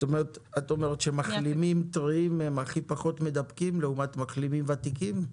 את אומרת שמחלימים טריים הם הכי פחות מדבקים לעומת מחלימים ותיקים?